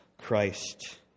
Christ